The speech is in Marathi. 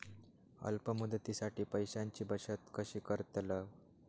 अल्प मुदतीसाठी पैशांची बचत कशी करतलव?